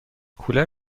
کولر